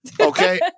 Okay